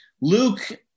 Luke